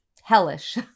hellish